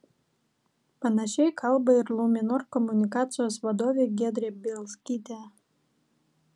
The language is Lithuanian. panašiai kalba ir luminor komunikacijos vadovė giedrė bielskytė